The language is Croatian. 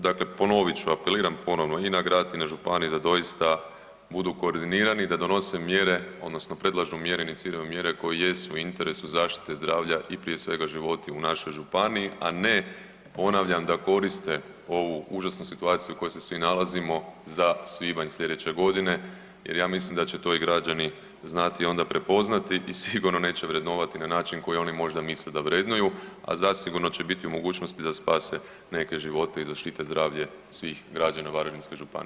Dakle, ponovit ću, apeliram ponovno i na grad i na županiju da doista budu koordinirani i da donose mjere odnosno predlažu mjere, iniciraju mjere koje jesu u interesu zaštite zdravlja i prije svega životi u našoj županiji, a ne ponavljam da koriste ovu užasnu situaciju u kojoj se svi nalazimo za svibanj slijedeće godine jer ja mislim da će to i građani znati onda prepoznati i sigurno neće vrednovati na način koji oni možda misle da vrednuju, a zasigurno će biti u mogućnosti da spase neke živote i zaštite zdravlje svih građana Varaždinske županije.